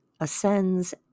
Ascends